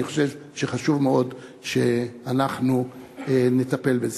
אני חושב שחשוב מאוד שאנחנו נטפל בזה.